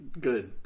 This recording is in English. good